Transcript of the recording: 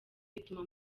bituma